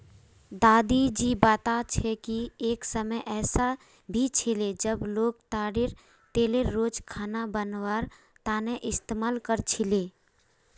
दादी जी बता छे कि एक समय ऐसा भी छिले जब लोग ताडेर तेलेर रोज खाना बनवार तने इस्तमाल कर छीले